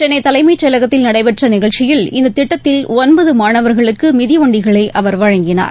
சென்னையைச் செயலகத்தில் நடைபெற்றநிகழ்ச்சியில் இந்ததிட்டத்தில் ஒன்பதமாணவர்களுக்குமிதிவண்டிகளைஅவர் வழங்கினார்